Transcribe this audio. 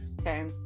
okay